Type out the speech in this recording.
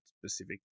specific